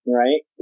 right